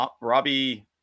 Robbie